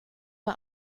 war